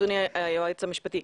אדוני היועץ המשפטי,